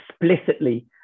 explicitly